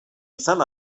izan